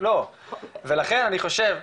ולכן אני חושב,